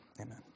Amen